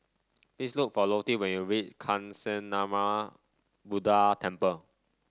please look for Lottie when you reach Kancanarama Buddha Temple